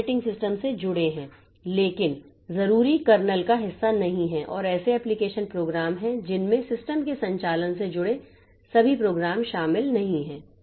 ये operating system से जुड़े हैं लेकिन जरूरी कर्नेल का हिस्सा नहीं हैं और ऐसे एप्लिकेशन प्रोग्राम हैं जिनमें सिस्टम के संचालन से जुड़े सभी प्रोग्राम शामिल नहीं हैं